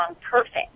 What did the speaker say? perfect